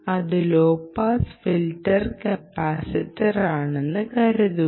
ഇത് low pass filter കപ്പാസിറ്ററാണെന്ന് കരുതുക